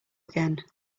again